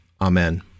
Amen